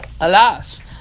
Alas